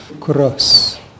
Cross